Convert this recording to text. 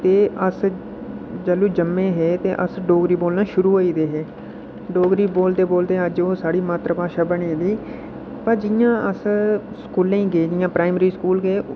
एह् अस जैल्लू जम्में हे ते अस डोगरी बोलना शुरू होई एह्दे हे डोगरी बोलदे बोलदे अज्ज ओह् साढ़ी मात्तर भाशा बनी गेदी पर जि'यां अस स्कूलें च गे इ'यां प्राइमरी स्कूल गे